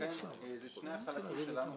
ולכן שני החלקים שלנו חשובים.